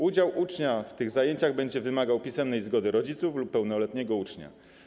Udział ucznia w tych zajęciach będzie wymagał pisemnej zgody rodziców lub pełnoletniego ucznia.